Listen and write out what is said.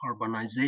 urbanization